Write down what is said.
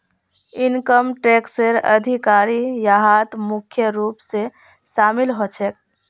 income टैक्सेर अधिकारी यहात मुख्य रूप स शामिल ह छेक